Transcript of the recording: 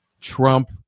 Trump